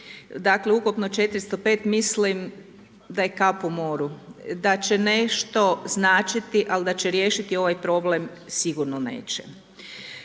dakle ukupno 405 mislim da je kap u moru. Da će nešto značiti ali da će riješiti ovaj problem, sigurno neće.